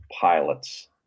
Pilots